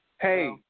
Hey